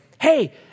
hey